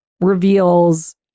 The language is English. reveals